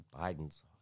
Biden's